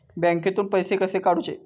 बँकेतून पैसे कसे काढूचे?